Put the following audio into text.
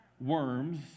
worms